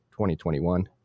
2021